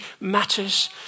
matters